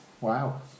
wow